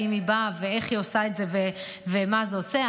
היא באה ואיך היא עושה את זה ומה זה עושה.